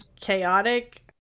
Chaotic